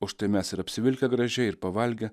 už tai mes ir apsivilkę gražiai ir pavalgę